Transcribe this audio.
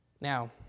Now